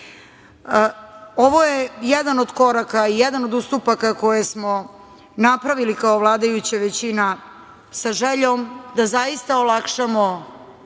je jedan od koraka, jedan od ustupaka koje smo napravili kao vladajuća većina, sa željom da zaista olakšamo